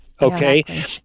okay